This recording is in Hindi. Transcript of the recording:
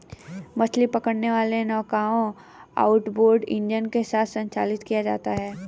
मछली पकड़ने वाली नौकाओं आउटबोर्ड इंजन के साथ संचालित किया जाता है